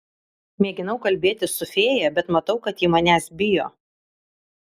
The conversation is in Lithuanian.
mėginau kalbėtis su fėja bet matau kad ji manęs bijo